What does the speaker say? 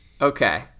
Okay